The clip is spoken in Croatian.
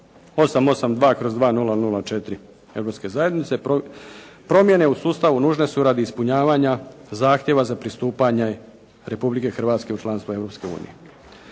882/2004 Europske zajednice. Promjene u sustavu nužne su radi ispunjavanja zahtjeva za pristupanje Republike Hrvatske u članstvo Europske unije.